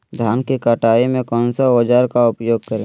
धान की कटाई में कौन सा औजार का उपयोग करे?